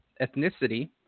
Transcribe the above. ethnicity